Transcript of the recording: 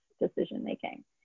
decision-making